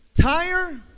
Tire